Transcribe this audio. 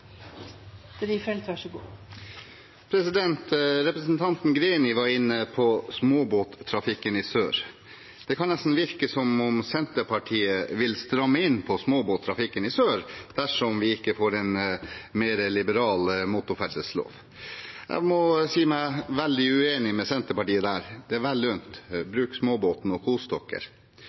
Representanten Greni var inne på småbåttrafikken i sør. Det kan nesten virke som om Senterpartiet vil stramme inn på småbåttrafikken i sør dersom vi ikke får en mer liberal motorferdsellov. Jeg må si meg veldig uenig med Senterpartiet der. Det er dere vel unt – bruk småbåten og